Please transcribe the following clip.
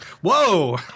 Whoa